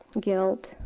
guilt